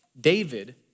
David